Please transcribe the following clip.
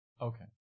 Okay